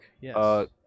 yes